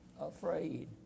afraid